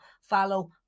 follow